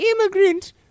immigrant